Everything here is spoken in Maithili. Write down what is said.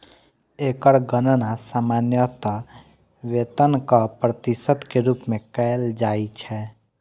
एकर गणना सामान्यतः वेतनक प्रतिशत के रूप मे कैल जाइ छै